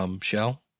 shell